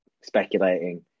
speculating